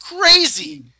crazy